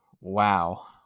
wow